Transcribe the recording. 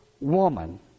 woman